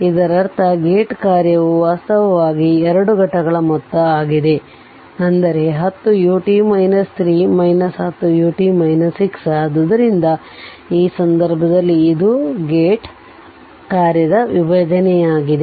ಇದರರ್ಥಗೇಟ್ ಕಾರ್ಯವು ವಾಸ್ತವವಾಗಿ 2 ಘಟಕಗಳ ಮೊತ್ತವು ಆಗಿದೆ ಅಂದರೆ 10 ut 3 10 ut 6 ಆದ್ದರಿಂದ ಈ ಸಂದರ್ಭದಲ್ಲಿ ಇದು ಗೇಟ್ ಕಾರ್ಯದ ವಿಭಜನೆಯಾಗಿದೆ